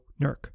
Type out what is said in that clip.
Nurk